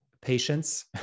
Patience